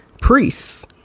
priests